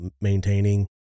maintaining